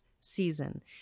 season